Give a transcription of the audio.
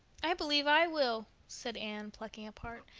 i believe i will, said anne, plucking up heart.